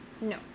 No